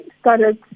started